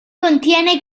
contiene